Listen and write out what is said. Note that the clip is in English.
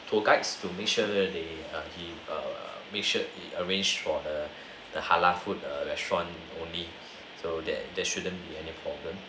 tour guides to make sure they he err make sure he arrange for the halal food err restaurant only so that there shouldn't be any problem